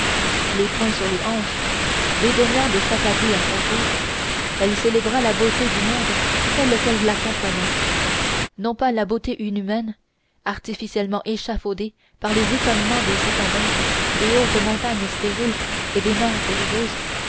les poings sur les hanches dédaignant de s'attabler à son tour elle célébra la beauté du monde telle qu'elle la comprenait non pas la beauté inhumaine artificiellement échafaudée par les étonnements des citadins des hautes montagnes stériles et des mers périlleuses